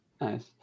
nice